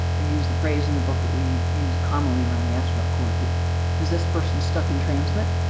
use the phrase in the book that we use commonly around the astronaut court does this person stuck and transmit?